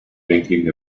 thinking